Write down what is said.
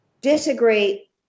disagree